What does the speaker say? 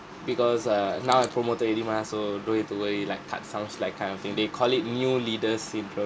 because err now I promoted already mah so don't need to worry like cut sounds like kind of thing they call it new leaders syndrome